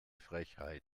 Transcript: frechheit